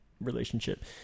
relationship